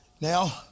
now